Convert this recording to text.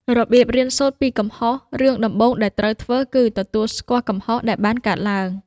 របៀបរៀនសូត្រពីកំហុសរឿងដំបូងដែលត្រូវធ្វើគឺ ទទួលស្គាល់កំហុស ដែលបានកើតឡើង។